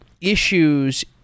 issues